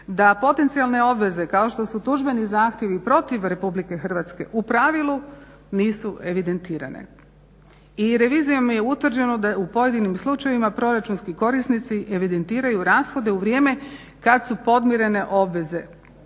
da potencijalne obveze kao što su tužbeni zahtjevi protiv RH u pravilu nisu evidentirane. I revizijom je utvrđeno da je u pojedinim slučajevima proračunski korisnici evidentiraju rashode u vrijeme kad su podmirene obveze